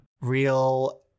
Real